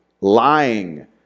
Lying